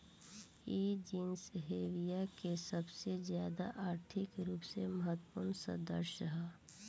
इ genus Hevea के सबसे ज्यादा आर्थिक रूप से महत्वपूर्ण सदस्य ह